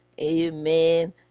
Amen